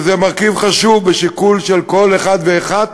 שזה מרכיב חשוב בשיקול של כל אחד ואחת